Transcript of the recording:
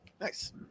nice